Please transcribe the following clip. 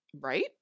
right